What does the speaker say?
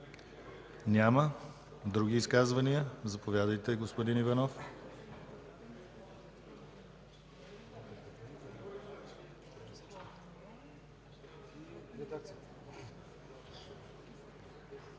Няма. Други изказвания? Заповядайте, господин Иванов.